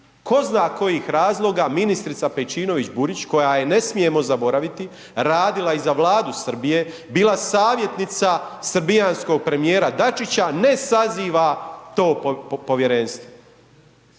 tko zna kojih razloga ministrica Pejčinović-Burić, koja je, ne smijemo zaboraviti, radila i za Vladu Srbije, bila savjetnica srbijanskog premijera Dačića, ne saziva to povjerenstvo.